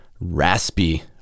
raspy